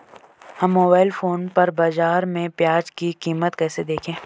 हम mobile phone पर बाज़ार में प्याज़ की कीमत कैसे देखें?